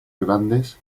grandes